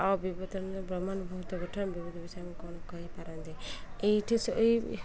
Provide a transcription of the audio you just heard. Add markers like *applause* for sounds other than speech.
ଆଉ *unintelligible* ବହୁତ ଗଠଣ ବିବତ ବିଷୟ ଆ କ'ଣ କହିପାରନ୍ତି ଏଇଠି ଏଇ